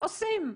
עושים.